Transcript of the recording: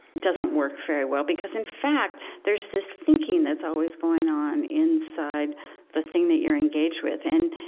doesn't work very well, because in fact, there's this thinking that's always going on inside the thing that you're engaged with and,